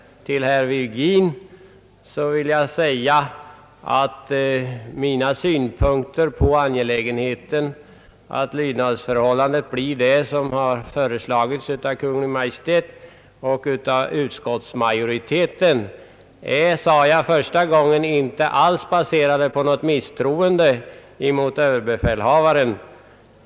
Till herr Virgin vill jag säga att mina synpunkter på angelägenheten av att lydnadsförhållandet blir det som Kungl. Maj:t och utskottsmajoriteten föreslagit såsom jag sade redan i mitt första anförande inte alls är baserade på någon misstro mot överbefälhavaren.